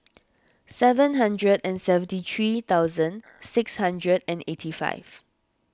seven hundred and seventy three thousand six hundred and eighty five